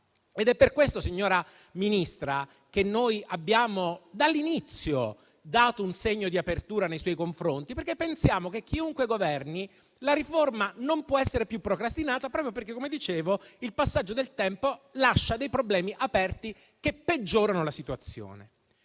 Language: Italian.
ed è per questo, signora Ministra, che noi abbiamo dato, sin dall'inizio, un segno di apertura nei suoi confronti. Pensiamo che, chiunque sia a governare, la riforma non possa essere più procrastinata, proprio perché - come dicevo - il passaggio del tempo lascia dei problemi aperti che peggiorano la situazione.